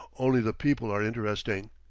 only the people are interesting,